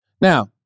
Now